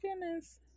goodness